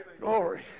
glory